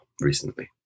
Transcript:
recently